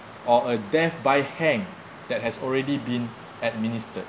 or a death by hang that has already been administered